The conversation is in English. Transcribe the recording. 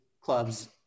clubs